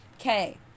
Okay